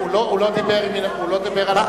הוא לא דיבר על,